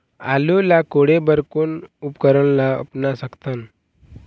आलू ला कोड़े बर कोन उपकरण ला अपना सकथन?